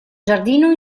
giardino